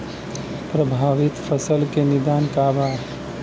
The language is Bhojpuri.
प्रभावित फसल के निदान का बा?